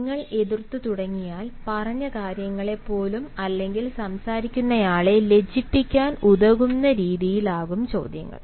നിങ്ങൾ എതിർത്തുതുടങ്ങിയാൽ പറഞ്ഞ കാര്യങ്ങളെപ്പോലും അല്ലെങ്കിൽ സംസാരിക്കുന്നയാളെ ലജ്ജിപ്പിക്കാൻ ഉതകുന്ന രീതിയിൽ ആകും ചോദ്യങ്ങൾ